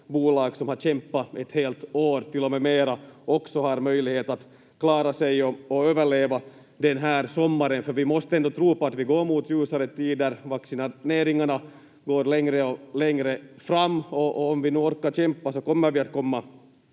helt år, till och med mera, också har möjlighet att klara sig och överleva den här sommaren, för vi måste ändå tro på att vi går mot ljusare tider, vaccineringarna går längre och längre fram, och om vi nu orkar kämpa så kommer vi att komma